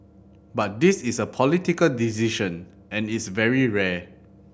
but this is a political decision and it's very rare